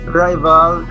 rival